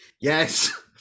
Yes